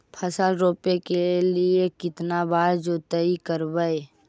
फसल रोप के लिय कितना बार जोतई करबय?